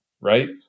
right